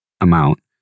amount